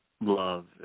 love